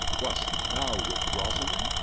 wast thou with rosaline?